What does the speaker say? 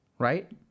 right